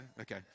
Okay